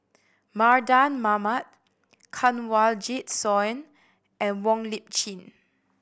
Mardan Mamat Kanwaljit Soin and Wong Lip Chin